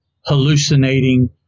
hallucinating